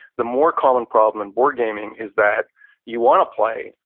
the more common problem in board-gaming is that you wanna play,